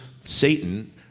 Satan